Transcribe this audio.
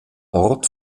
ort